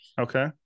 okay